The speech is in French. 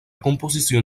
composition